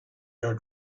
your